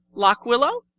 lock willow?